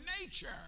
nature